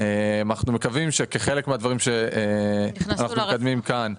אנחנו מקווים שכחלק מהדברים שאנחנו מקדמים כאן,